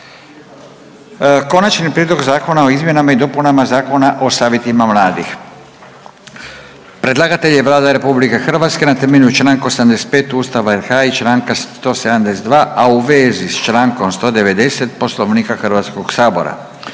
Konačni prijedlog zakona o izmjenama i dopunama Zakona o savjetima mladih, drugo čitanje, P.Z. br. 511 Predlagatelj je Vlada Republike Hrvatske na temelju članka 85. Ustava RH i članka 172. a u vezi sa člankom 190. Poslovnika Hrvatskog sabora.